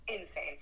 insane